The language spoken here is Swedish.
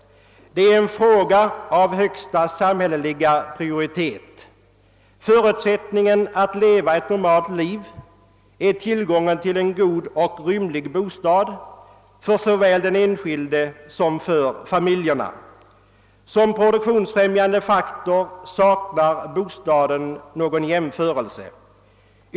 Det är en fråga av högsta samhälleliga prioritet. Förutsättningen för att kunna leva ett normalt liv är tillgång till en god och rymlig bostad såväl för den enskilde som för familjerna. Som produktionsfrämjande faktor står bostaden utan jämförelse.